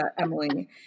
Emily